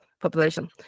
population